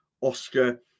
oscar